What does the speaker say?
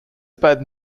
beiden